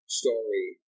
story